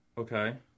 Okay